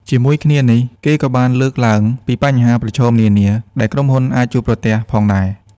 ជាមួយគ្នានេះ គេក៏បានលើកឡើងពីបញ្ហាប្រឈមនានាដែលក្រុមហ៊ុនអាចជួបប្រទះផងដែរ។